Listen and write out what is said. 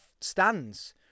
stands